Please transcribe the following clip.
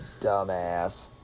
dumbass